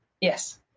Yes